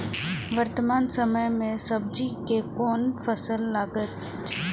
वर्तमान समय में सब्जी के कोन फसल लागत?